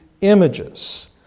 images